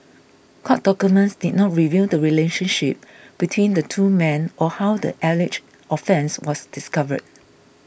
court documents did not reveal the relationship between the two men or how the alleged offence was discovered